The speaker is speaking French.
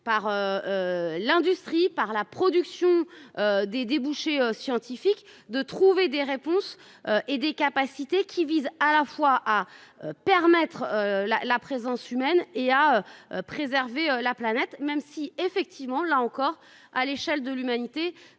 par. L'industrie par la production. Des débouchés scientifique de trouver des réponses et des capacités qui vise à la fois à permettre la la présence humaine et à préserver la planète même si effectivement là encore à l'échelle de l'humanité.